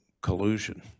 collusion